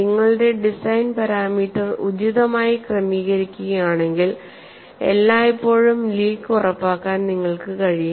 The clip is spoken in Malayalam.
നിങ്ങളുടെ ഡിസൈൻ പാരാമീറ്റർ ഉചിതമായി ക്രമീകരിക്കുകയാണെങ്കിൽ എല്ലായ്പ്പോഴും ലീക്ക് ഉറപ്പാക്കാൻ നിങ്ങൾക്ക് കഴിയും